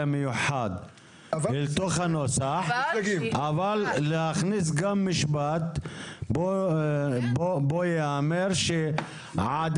המיוחד לתוך הנוסח אבל להכניס גם משפט האומר שעדיין,